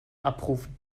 abrufen